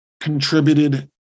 contributed